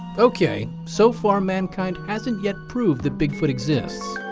okay, so far mankind hasn't yet proved that bigfoot exists.